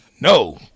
No